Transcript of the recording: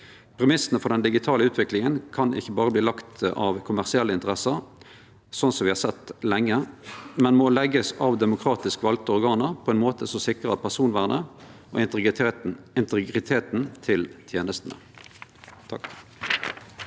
Premissane for den digitale utviklinga kan ikkje berre verte lagde av kommersielle interesser, slik me har sett lenge, men må leggjast av demokratisk valde organ på ein måte som sikrar personvernet og integriteten til tenestene.